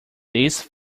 these